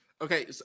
okay